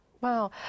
Wow